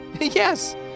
Yes